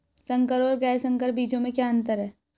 संकर और गैर संकर बीजों में क्या अंतर है?